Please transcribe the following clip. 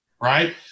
right